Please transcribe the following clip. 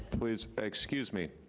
please, excuse me.